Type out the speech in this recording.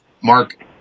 mark